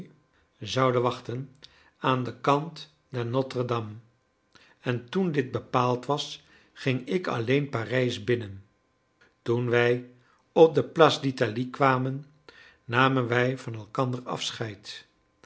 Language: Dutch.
zouden wachten aan den kant der notre-dame en toen dit bepaald was ging ik alleen parijs binnen toen wij op de place d'italie kwamen namen wij van elkander afscheid